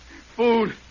food